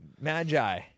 magi